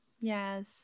yes